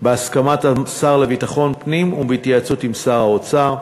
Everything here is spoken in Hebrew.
בהסכמת השר לביטחון הפנים ובהתייעצות עם שר האוצר".